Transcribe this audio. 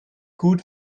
gut